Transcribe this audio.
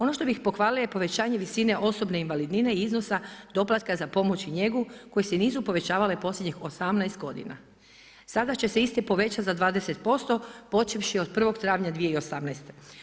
Ono što bih pohvalila je povećanje visine osobne invalidnine i iznosa doplatka za pomoć i njegu koje se nisu povećavale posljednjih 18 godina. sada će se iste povećati za 20% počevši od 1. travnja 2018.